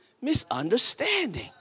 misunderstanding